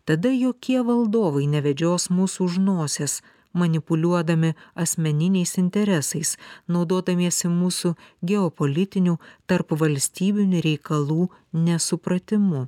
tada jokie valdovai nevedžios mūsų už nosies manipuliuodami asmeniniais interesais naudodamiesi mūsų geopolitinių tarpvalstybinių reikalų nesupratimu